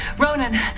Ronan